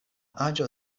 aĝo